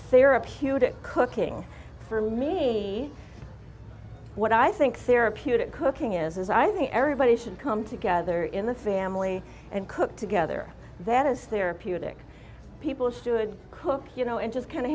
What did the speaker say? it cooking for me what i think therapeutic cooking is is i think everybody should come together in the family and cook together that is therapeutic people should cook you know and just kind of